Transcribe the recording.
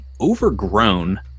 overgrown